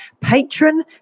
patron